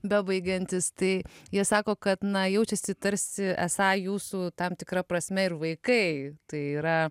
bebaigiantys tai jie sako kad na jaučiasi tarsi esą jūsų tam tikra prasme ir vaikai tai yra